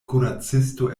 kuracisto